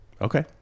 okay